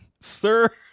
sir